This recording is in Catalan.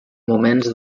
moments